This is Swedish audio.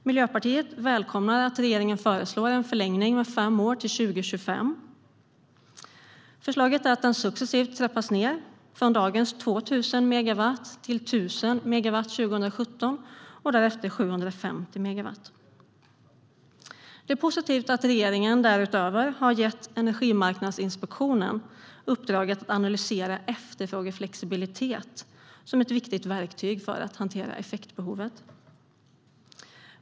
Miljöpartiet välkomnar att regeringen föreslår en förlängning med fem år till år 2025. Förslaget är att effektreserven succesivt ska trappas ned, från dagens 2 000 megawatt till 1 000 megawatt 2017 och därefter 750 megawatt. Det är positivt att regeringen därutöver har gett Energimarknadsinspektionen uppdraget att analysera efterfrågeflexibilitet som ett viktigt verktyg för att hantera effektbehovet.